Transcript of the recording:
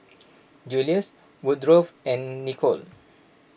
Julius Woodrow and Nicolle